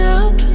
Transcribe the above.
up